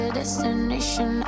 destination